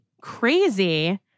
crazy